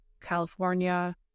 california